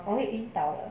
我会晕倒的